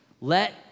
let